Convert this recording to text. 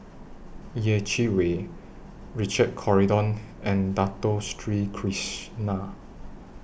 Yeh Chi Wei Richard Corridon and Dato Sri Krishna